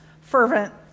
fervent